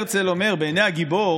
הרצל אומר: בעיני הגיבור,